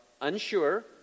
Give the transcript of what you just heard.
unsure